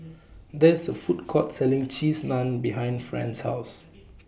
There IS A Food Court Selling Cheese Naan behind Fran's House